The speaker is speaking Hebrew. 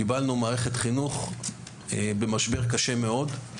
קיבלנו מערכת חינוך במשבר קשה מאוד,